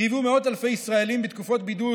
וחייבו מאות אלפי ישראלים בתקופות בידוד